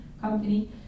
company